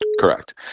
Correct